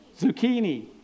Zucchini